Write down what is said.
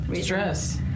Stress